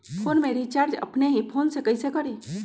Phone में recharge अपने ही फ़ोन से कईसे करी?